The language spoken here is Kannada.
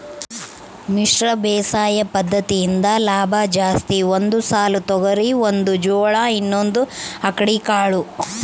ಮಿಶ್ರ ಬೇಸಾಯ ಪದ್ದತಿಯಿಂದ ಲಾಭ ಜಾಸ್ತಿ ಒಂದು ಸಾಲು ತೊಗರಿ ಒಂದು ಜೋಳ ಇನ್ನೊಂದು ಅಕ್ಕಡಿ ಕಾಳು